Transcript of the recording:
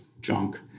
junk